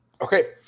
Okay